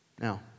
Now